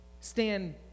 stand